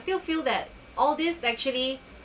still feel that all these actually